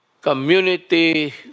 Community